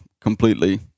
completely